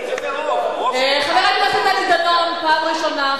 חבר הכנסת דני דנון, פעם ראשונה.